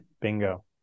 bingo